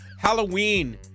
Halloween